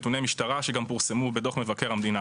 נתוני משטרה שפורסמו בדוח מבקר המדינה.